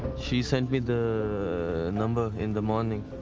she sent me the number in the morning,